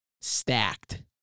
stacked